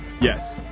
yes